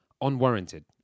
unwarranted